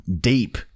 deep